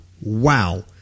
Wow